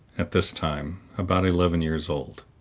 at this time, about eleven years old.